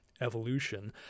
evolution